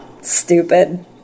stupid